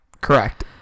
Correct